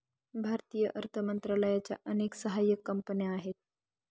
भारतीय अर्थ मंत्रालयाच्या अनेक सहाय्यक कंपन्या आहेत